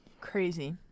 Crazy